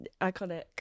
Iconic